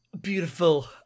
Beautiful